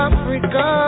Africa